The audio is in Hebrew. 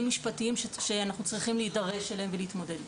משפטיים שאנחנו צריכים להידרש אליהם ולהתמודד איתם.